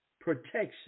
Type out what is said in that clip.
protection